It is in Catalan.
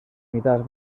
unitats